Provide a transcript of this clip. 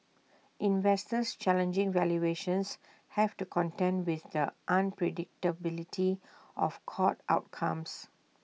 investors challenging valuations have to contend with the unpredictability of court outcomes